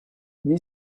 wie